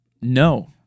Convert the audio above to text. no